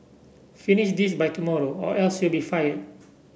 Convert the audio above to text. finish this by tomorrow or else you'll be fired